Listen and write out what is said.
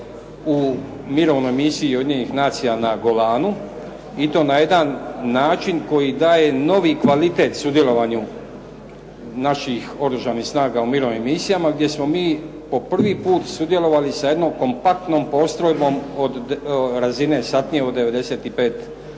u mirovnoj misiji Ujedinjenih nacija na Golanu, i to na jedan način koji daje novi kvalitet sudjelovanju naših oružanih snaga u mirovnim misijama gdje smo mi po prvi put sudjelovali sa jednom kompaktnom postrojbom od razine satnije od 95